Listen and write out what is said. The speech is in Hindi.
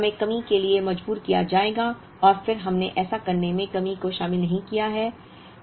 इसलिए हमें कमी के लिए मजबूर किया जाएगा और फिर हमने ऐसा करने में कमी को शामिल नहीं किया है